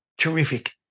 terrific